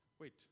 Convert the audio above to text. Wait